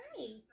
Hi